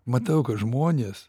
matau kad žmonės